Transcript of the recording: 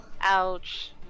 Ouch